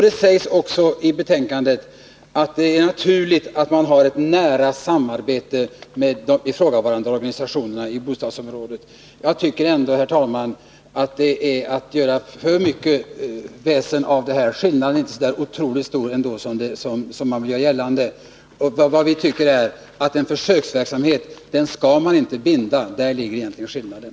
Det sägs också i betänkandet att det är naturligt att man har ett nära samarbete med ifrågavarande organisationer i bostadsområdena. Jag tycker, herr talman, att det är att göra för mycket väsen av detta. Skillnaden i uppfattningar är inte så otroligt stor som man vill göra gällande. Utskottsmajoriteten anser att en försöksverksamhet skall man inte binda. Däri ligger egentligen skillnaden.